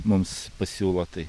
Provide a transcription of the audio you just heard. mums pasiūlo tai